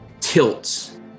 tilts